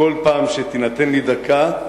בכל פעם שתינתן לי דקה,